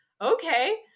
okay